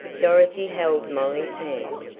dorothy held molly's hand,